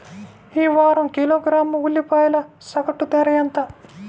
ఈ వారం కిలోగ్రాము ఉల్లిపాయల సగటు ధర ఎంత?